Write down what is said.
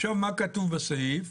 עכשיו, מה כתוב בסעיף?